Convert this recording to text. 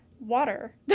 water